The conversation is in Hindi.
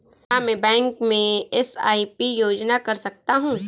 क्या मैं बैंक में एस.आई.पी योजना कर सकता हूँ?